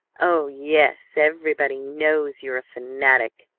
oh, yes, everybody knows you're a fanatic!